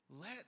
let